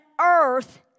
earth